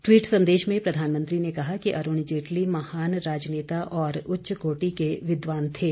tweet संदेश में प्रधानमंत्री ने कहा कि अरूण जेटली महान राजनेता और उच्च कोटि के विद्वान थे